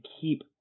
keep